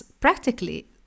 practically